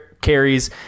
carries